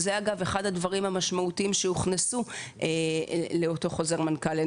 זה אגב אחד הדברים המשמעותיים שהוכנסו לאותו חוזר מנכ"ל,